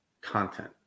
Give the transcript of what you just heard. content